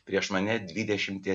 prieš mane dvidešimties